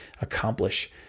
accomplish